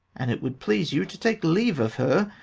and it would please you to take leave of her,